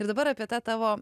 ir dabar apie tą tavo